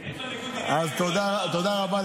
את --- בלול הוא ביטל.